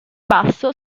basso